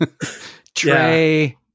Trey